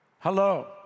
Hello